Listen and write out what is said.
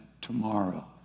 tomorrow